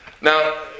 Now